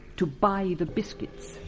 to buy the biscuits!